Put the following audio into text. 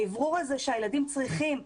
האוורור הזה שהילדים צריכים,